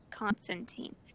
constantine